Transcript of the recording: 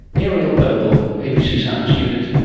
ariel bogle, abc science unit